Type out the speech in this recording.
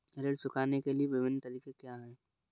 ऋण चुकाने के विभिन्न तरीके क्या हैं?